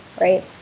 right